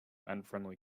unfriendly